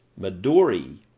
Maduri